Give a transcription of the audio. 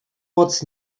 moc